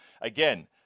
Again